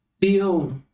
feel